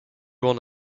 one